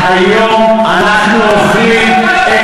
והיום אנחנו אוכלים,